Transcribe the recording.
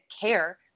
care